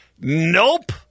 Nope